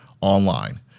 online